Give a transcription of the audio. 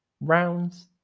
rounds